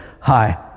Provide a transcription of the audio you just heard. hi